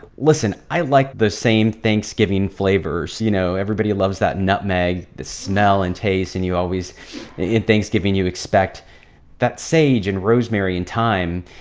listen. i like the same thanksgiving flavors. you know, everybody loves that nutmeg, the smell and taste. and you always in thanksgiving, you expect that sage and rosemary and thyme.